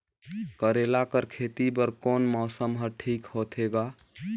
करेला कर खेती बर कोन मौसम हर ठीक होथे ग?